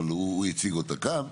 אבל הוא הציג אותה כאן,